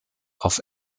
auf